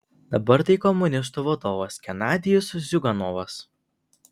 dabar tai komunistų vadovas genadijus ziuganovas